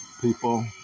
people